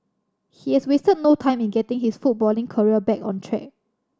he has wasted no time in getting his footballing career back on track